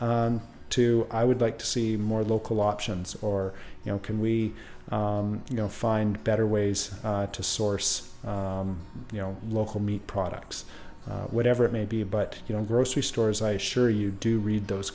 too i would like to see more local options or you know can we you know find better ways to source you know local meat products whatever it may be but you know grocery stores i assure you do read those